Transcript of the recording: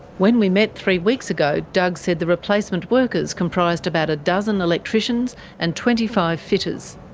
when we met three weeks ago, doug said the replacement workers comprised about a dozen electricians and twenty five fitters.